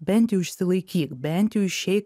bent jau išsilaikyk bent jau išeik